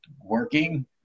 working